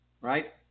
Right